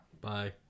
Bye